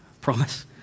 promise